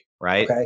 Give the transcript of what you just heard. Right